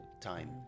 time